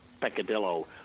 peccadillo